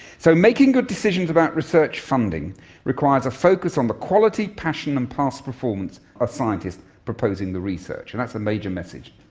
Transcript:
so making good decisions about research funding requires a focus on the quality, passion and past performance of the scientist proposing the research. and that's a major message.